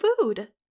food